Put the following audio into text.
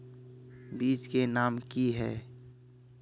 बीज के नाम की है?